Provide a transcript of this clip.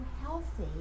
healthy